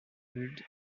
built